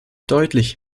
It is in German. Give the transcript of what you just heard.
deutlich